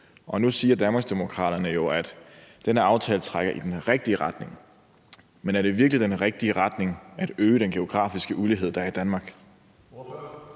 Nu siger Danmarksdemokraterne jo, at den her aftale trækker i den rigtige retning, men er det i virkeligheden den rigtige retning at øge den geografiske ulighed, der er i Danmark?